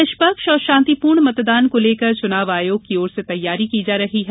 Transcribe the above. वहीं निष्पक्ष और शांतिपूर्ण मतदान को लेकर चुनाव आयोग की ओर से तैयारी की जा रही है